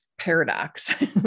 paradox